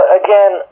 again